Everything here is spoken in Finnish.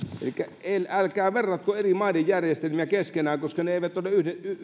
elikkä älkää verratko eri maiden järjestelmiä keskenään koska ne eivät ole